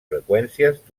freqüències